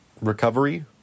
recovery